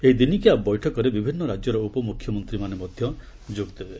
ଏହି ଦିନିକିଆ ବୈଠକରେ ବିଭିନ୍ନ ରାଜ୍ୟର ଉପମୁଖ୍ୟମନ୍ତ୍ରୀମାନେ ମଧ୍ୟ ଯୋଗଦେବେ